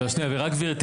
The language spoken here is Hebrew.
מלבד